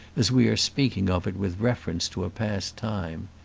as we are speaking of it with reference to a past time.